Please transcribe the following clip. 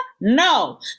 No